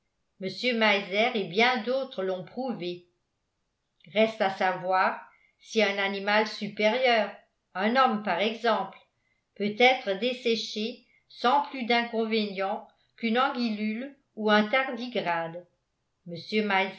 mr meiser et bien d'autres l'ont prouvé reste à savoir si un animal supérieur un homme par exemple peut être desséché sans plus d'inconvénient qu'une anguillule ou un tardigrade